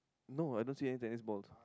no I don't see any tennis balls